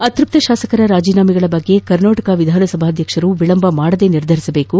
ಅತ್ಯಪ್ತ ಶಾಸಕರ ರಾಜೀನಾಮೆಗಳ ಬಗ್ಗೆ ಕರ್ನಾಟಕ ವಿಧಾನಸಭಾಧ್ಯಕ್ಷರು ವಿಳಂಬ ಮಾಡದೆ ನಿರ್ಧರಿಸಬೇಕು